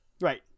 Right